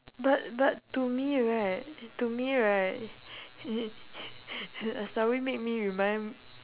but but to me right to me right aslawi make me remind